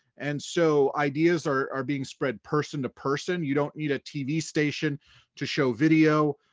and so ideas are are being spread person to person. you don't need a tv station to show video,